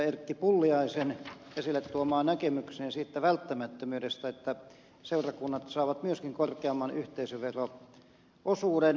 erkki pulliaisen esille tuomaan näkemykseen siitä välttämättömyydestä että myöskin seurakunnat saavat korkeamman yhteisövero osuuden